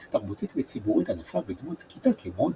תרבותית וציבורית ענפה בדמות כיתות לימוד,